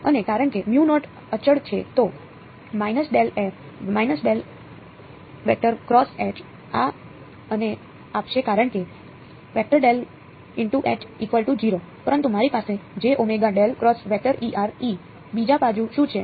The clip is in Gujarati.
અને કારણ કે મ્યુ નોટ અચળ છે તો આ મને આપશે કારણ કે પરંતુ મારી પાસે બીજી બાજુ શું છે